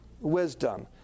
wisdom